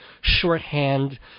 shorthand